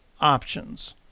options